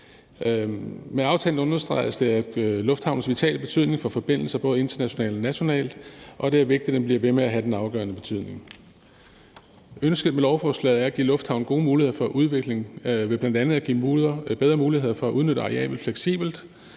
Med aftalen understreges lufthavnens vitale betydning for forbindelser både internationalt og nationalt, og at det er vigtigt, at den bliver ved med at have den afgørende betydning. Ønsket med lovforslaget er at give lufthavnen gode muligheder for udvikling ved bl.a. at give den bedre muligheder for at udnytte arealet fleksibelt,